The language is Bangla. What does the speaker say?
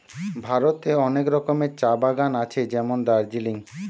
ভারতে অনেক রকমের চা বাগান আছে যেমন দার্জিলিং